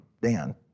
Dan